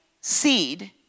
seed